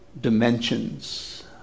dimensions